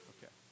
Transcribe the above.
Okay